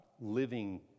living